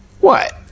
What